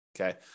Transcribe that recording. Okay